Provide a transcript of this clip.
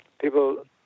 people